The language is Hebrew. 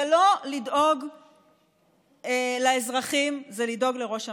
זה לא לדאוג לאזרחים, זה לדאוג לראש הממשלה,